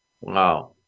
Wow